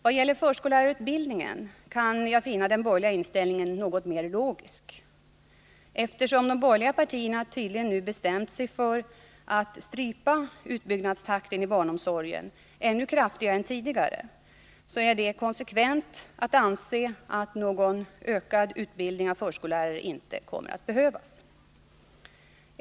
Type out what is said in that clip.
Vad gäller förskollärarutbildningen kan jag finna den borgerliga inställningen mera logisk. Eftersom de borgerliga partierna tydligen nu bestämt sig för att strypa utbyggnadstakten i barnomsorgen ännu kraftigare än tidigare så är det konsekvent att anse att någon ökad utbildning av förskollärare inte kommer att behövas.